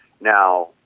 Now